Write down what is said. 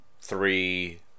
three